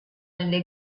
nelle